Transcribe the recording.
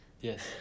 Yes